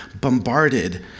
bombarded